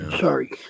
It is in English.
Sorry